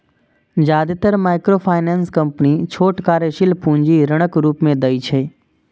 जादेतर microfinance company छोट कार्यशील पूंजी ऋणक रूप मे दै छै